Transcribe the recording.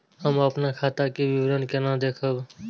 हम अपन खाता के विवरण केना देखब?